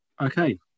okay